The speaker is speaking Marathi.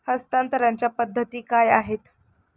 हस्तांतरणाच्या पद्धती काय आहेत?